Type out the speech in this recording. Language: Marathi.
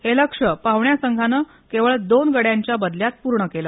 हे लक्ष्य पाहुण्या संघानं केवळ दोन गड्यांच्या बदल्यात पूर्ण केलं